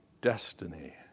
destiny